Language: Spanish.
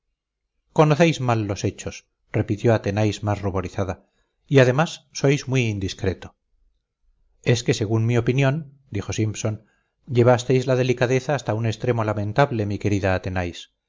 conocéis mal los hechos repitió athenais más ruborizada y además sois muy indiscreto es que según mi opinión dijo simpson llevasteis la delicadeza hasta un extremo lamentable mi querida athenais